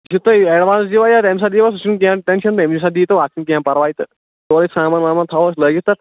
یہِ تُہۍ ایٚڈوانَس دِیٖوا یا تَمہِ ساتہٕ دِیٖوا سُہ چھُنہٕ کیٚنٛہہ ٹینٛشن تَمی ساتہٕ دِیٖتو تَتھ چھُنہٕ کیٚنٛہہ پرواے تہٕ سورُے سامان وامان تھاوَو أسۍ لٲگِتھ تتھ